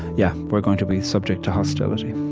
yeah, we're going to be subject to hostility?